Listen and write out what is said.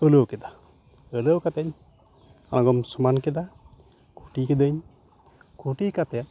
ᱟᱹᱣᱞᱟᱹᱣ ᱠᱮᱫᱟ ᱟᱹᱣᱞᱟᱹᱣ ᱠᱟᱛᱮᱧ ᱟᱲᱜᱚᱢ ᱥᱚᱢᱟᱱ ᱠᱮᱫᱟ ᱠᱷᱩᱴᱤ ᱠᱮᱫᱟᱹᱧ ᱠᱷᱩᱴᱤ ᱠᱟᱛᱮᱫ